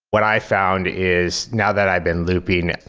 what i found is now that i've been looping,